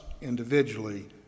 individually